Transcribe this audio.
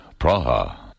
Praha